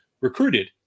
recruited